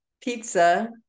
pizza